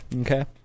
Okay